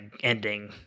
ending